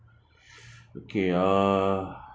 okay uh